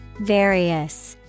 Various